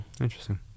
Interesting